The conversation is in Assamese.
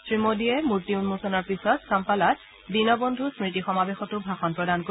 শ্ৰীমোডীয়ে মূৰ্তি উন্মোচনৰ পিছত চাম্পালাত দীনবন্ধু স্মতি সমাৱেশতো ভাষণ প্ৰদান কৰিব